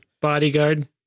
Bodyguard